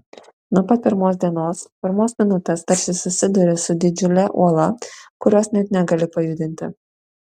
nuo pat pirmos dienos pirmos minutės tarsi susiduri su didžiule uola kurios net negali pajudinti